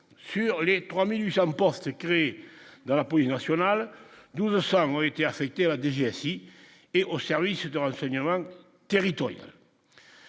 sur les 3800 postes créés dans la police nationale 12 femmes ont été affectés à la DGSI et aux services de renseignement territorial,